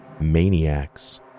maniacs